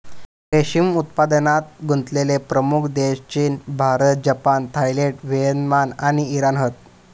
रेशीम उत्पादनात गुंतलेले प्रमुख देश चीन, भारत, जपान, थायलंड, व्हिएतनाम आणि इराण हत